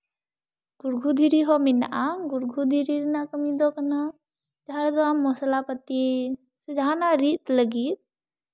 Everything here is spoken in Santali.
ᱜᱩᱲᱜᱩᱫᱷᱤᱨᱤ ᱦᱚᱸ ᱢᱮᱱᱟᱜᱼᱟ ᱜᱩᱲᱜᱩ ᱫᱷᱤᱨᱤ ᱨᱮᱱᱟᱜ ᱠᱟᱹᱢᱤ ᱫᱚ ᱠᱟᱱᱟ ᱡᱟᱦᱟᱸ ᱨᱮᱫᱚ ᱟᱢ ᱢᱚᱥᱞᱟ ᱯᱟᱹᱛᱤ ᱥᱮ ᱡᱟᱦᱟᱱᱟᱜ ᱨᱤᱫ ᱞᱟᱜᱤᱫ